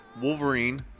Wolverine